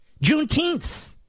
Juneteenth